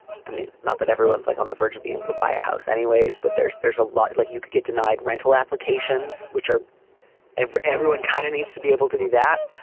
i mean, not that everyone's like on the verge of being able to buy a house anyways. but there's there's a lot like you could get denied rental applications, which are ever everyone kind of needs to be able to do that.